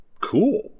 Cool